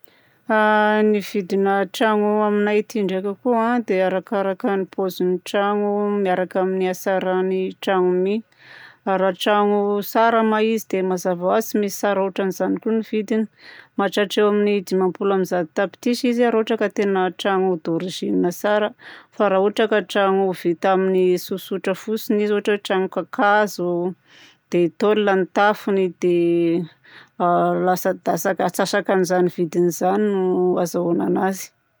A ny vidina tragno aty aminay aty ndraika koa dia arakaraka ny pôzin'ny tragno miaraka amin'ny hatsaran'ny tragno mi. Raha tragno tsara ma izy dia mazava ho azy tsy maintsy tsara ôtran'izany koa ny vidiny. Mahatratra eo amin'ny dimampolo amby zato tapitrisa izy a raha ohatra ka tena tragno dôrizinina tsara. Fa raha ohatra ka tragno vita amin'ny tsotsotra fotsiny izy, ohatra hoe tragno kakazo, dia tôle ny tafony dia latsadatsaka atsasakan'izany vidiny zany no azahoagna anazy.